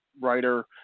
writer